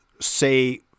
say